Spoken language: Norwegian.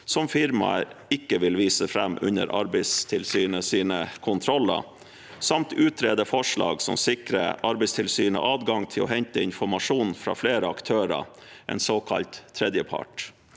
som firmaer ikke vil vise frem under Arbeidstilsynets kontroller», samt «utrede forslag som sikrer Arbeidstilsynet adgang til å hente informasjon fra flere aktører, en såkalt tredjepart,